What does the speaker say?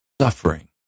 suffering